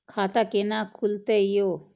खाता केना खुलतै यो